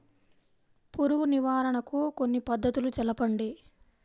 పురుగు నివారణకు కొన్ని పద్ధతులు తెలుపండి?